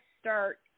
start